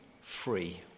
free